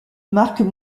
marques